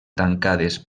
tancades